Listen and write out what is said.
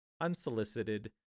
unsolicited